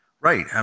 right